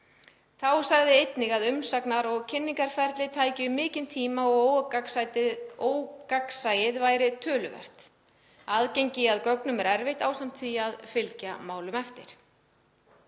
Þá sagði einnig að umsagnar- og kynningarferli tækju mikinn tíma og ógagnsæið væri töluvert. Aðgengi að gögnum er erfitt ásamt því að fylgja málum eftir.